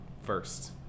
first